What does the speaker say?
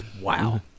Wow